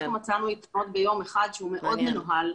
אנחנו מצאנו יתרונות ביום אחד שהוא מאוד מנוהל.